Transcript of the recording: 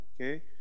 Okay